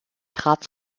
trat